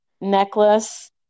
necklace